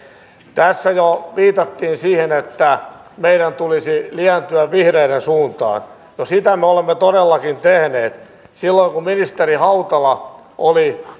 tässä jo viitattiin siihen että meidän tulisi lientyä vihreiden suuntaan no sitä me olemme todellakin tehneet kun ministeri hautala oli